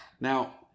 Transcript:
Now